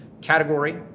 category